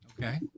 Okay